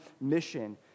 mission